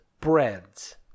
breads